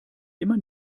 immer